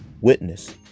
witness